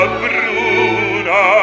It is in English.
bruna